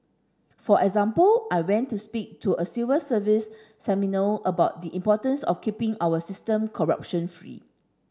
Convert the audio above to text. for example I went to speak to a civil service seminar about the importance of keeping our system corruption free